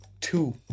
two